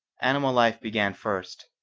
animal life began first,